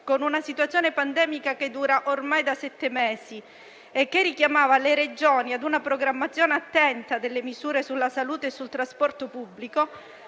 con una situazione pandemica che dura ormai da sette mesi e che richiamava le Regioni ad una programmazione attenta delle misure sulla salute e sul trasporto pubblico,